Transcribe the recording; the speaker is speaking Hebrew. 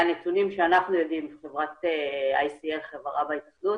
מהנתונים שאנחנו יודעים בחברת ICL, חברה בהתאחדות,